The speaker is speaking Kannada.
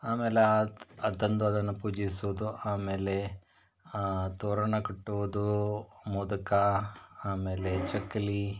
ಆಮೇಲೆ ಅದು ಅದು ತಂದು ಅದನ್ನು ಪೂಜಿಸೋದು ಆಮೇಲೆ ತೋರಣ ಕಟ್ಟುವುದು ಮೋದಕ ಆಮೇಲೆ ಚಕ್ಕುಲಿ